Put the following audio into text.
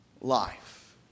life